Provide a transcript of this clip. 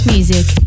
Music